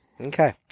Okay